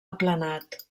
aplanat